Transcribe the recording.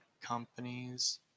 companies